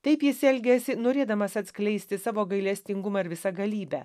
taip jis elgiasi norėdamas atskleisti savo gailestingumą ir visagalybę